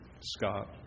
Scott